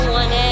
one